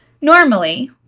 normally